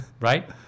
Right